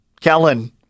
Kellen